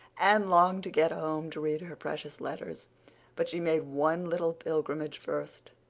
anne longed to get home to read her precious letters but she made one little pilgrimage first.